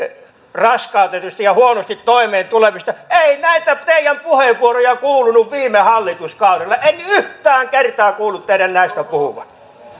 raskautetuista ja huonosti toimeentulevista ei näitä teidän puheenvuorojanne kuulunut viime hallituskaudella en yhtään kertaa kuullut teidän näistä puhuvan